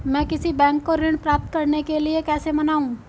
मैं किसी बैंक को ऋण प्राप्त करने के लिए कैसे मनाऊं?